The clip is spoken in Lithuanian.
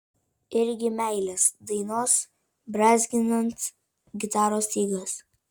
irgi meilės dainos brązginant gitaros stygas